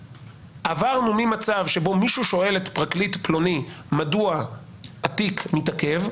עברנו ממצב שבו מישהו שואל את פרקליט פלוני: "מדוע התיק מתעכב?",